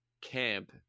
camp